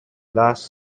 last